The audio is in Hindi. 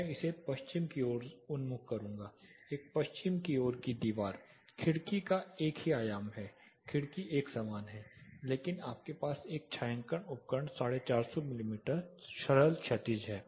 मैं इसे पश्चिम की ओर उन्मुख करूंगा एक पश्चिम की ओर की दीवार खिड़की का एक ही आयाम है खिड़की एक समान है लेकिन आपके पास एक छायांकन उपकरण 450 मिमी सरल क्षैतिज है